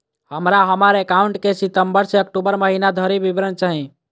हमरा हम्मर एकाउंट केँ सितम्बर सँ अक्टूबर महीना धरि विवरण चाहि?